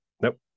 Nope